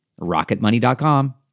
RocketMoney.com